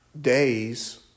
days